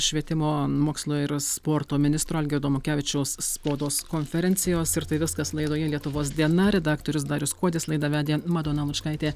švietimo mokslo ir sporto ministro algirdo monkevičiaus spaudos konferencijos ir tai viskas laidoje lietuvos diena redaktorius darius kuodis laidą vedė madona lučkaitė